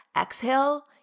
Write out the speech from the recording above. exhale